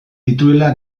dituela